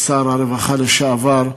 שר הרווחה לשעבר,